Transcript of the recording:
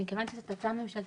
מכיוון שזו הצעה ממשלתית,